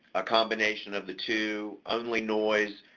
a combination of the two, only noise,